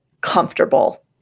comfortable